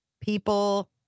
people